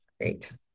Great